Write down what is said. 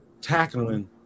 tackling